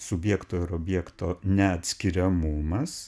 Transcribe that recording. subjekto ir objekto neatskiriamumas